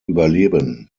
überleben